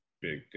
big